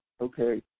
okay